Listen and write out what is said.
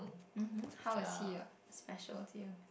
mmhmm how is he uh special to you